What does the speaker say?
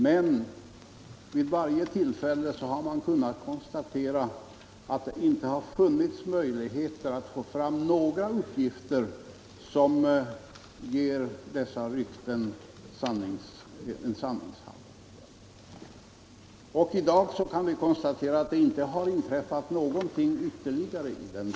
Men vid varje tillfälle har man kunnat — Nr 35 konstatera att det inte har funnits möjligheter att få fram några uppgifter Onsdagen den som ger dessa rykten en sanningshalt. Vi kan också i dag konstatera 12 mars 1975 att det inte har tillkommit några uppgifter av sådant slag.